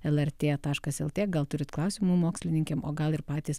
lrt taškas lt gal turit klausimų mokslininkėm o gal ir patys